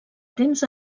temps